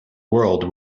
world